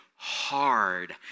hard